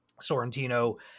Sorrentino